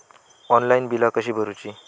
Online बिला कशी भरूची?